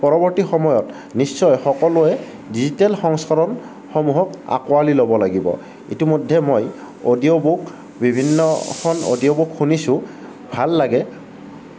পৰৱৰ্তী সময়ত নিশ্চয় সকলোৱে ডিজিটেল সংস্কৰণসমূহক আকোৱালি ল'ব লাগিব ইতিমধ্যে মই অডিঅ'বুক বিভিন্নখন অডিঅ'বুক শুনিছো ভাল লাগে